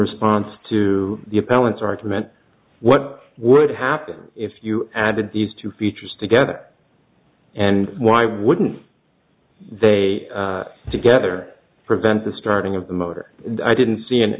response to the appellant's argument what would happen if you added these two features together and why wouldn't they together prevent the starting of the motor i didn't see in